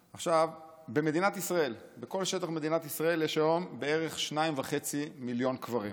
בכל שטח מדינת ישראל יש היום בערך 2.5 מיליון קברים.